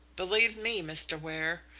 believe me, mr. ware,